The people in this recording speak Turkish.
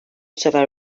sefer